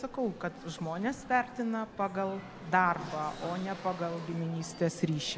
sakau kad žmonės vertina pagal darbą o ne pagal giminystės ryšį